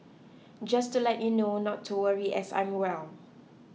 just to let you know not to worry as I'm well